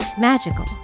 magical